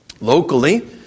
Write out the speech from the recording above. Locally